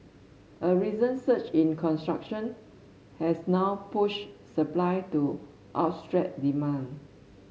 a recent surge in construction has now pushed supply to outstrip demand